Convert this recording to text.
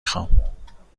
خوام